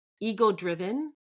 ego-driven